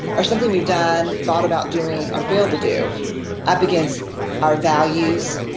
or something we've done, thought about doing or failed to do up against our values,